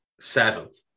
seventh